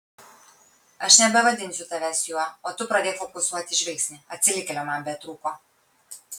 aš nebevadinsiu tavęs juo o tu pradėk fokusuoti žvilgsnį atsilikėlio man betrūko